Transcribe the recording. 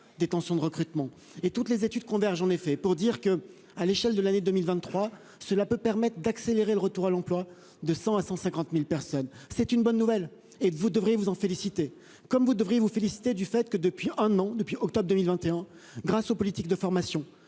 des tensions de recrutement et toutes les études convergent en effet pour dire que, à l'échelle de l'année 2023. Cela peut permettre d'accélérer le retour à l'emploi de 100 à 150.000 personnes. C'est une bonne nouvelle et vous devrez vous en féliciter comme vous devriez vous féliciter du fait que depuis un an, depuis octobre 2021 grâce aux politiques de formation